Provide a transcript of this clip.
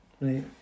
right